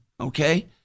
Okay